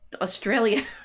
Australia